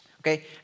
okay